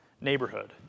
neighborhood